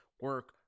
Work